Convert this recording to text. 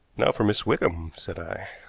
now for miss wickham, said i.